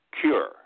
cure